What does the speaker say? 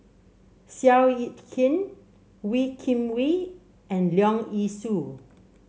Seow Yit Kin Wee Kim Wee and Leong Yee Soo